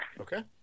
Okay